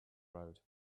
road